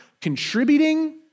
contributing